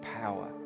power